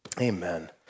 Amen